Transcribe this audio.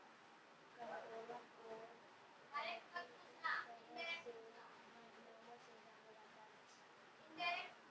कंटोला को काफी तरह के नामों से जाना जाता है